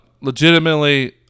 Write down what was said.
legitimately